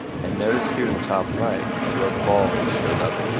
and notice here in the top right, a red ball just showed up.